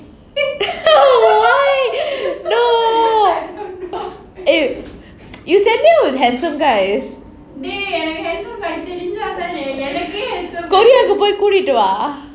why no eh you set me up with handsome guys korea korea க்கு போய் கூட்டிட்டு வா:kku poi kootitu vaa